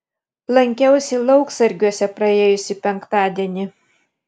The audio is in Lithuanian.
lankiausi lauksargiuose praėjusį penktadienį